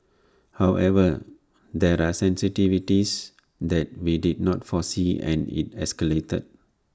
however there are sensitivities that we did not foresee and IT escalated